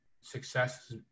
success